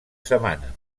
setmana